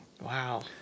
Wow